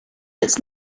its